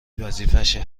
وظیفشه